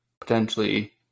potentially